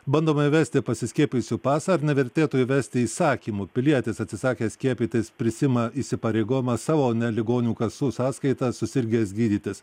bandoma įvesti pasiskiepijusių pasą ar nevertėtų įvesti įsakymu pilietis atsisakęs skiepytis prisiima įsipareigojimą savo ne ligonių kasų sąskaita susirgęs gydytis